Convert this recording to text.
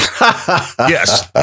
Yes